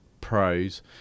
pros